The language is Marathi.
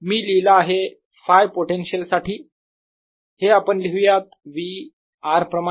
मी लिहिला आहे Φ पोटेन्शियल साठी हे आपण लिहूयात V r प्रमाणे